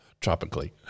tropically